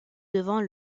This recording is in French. devant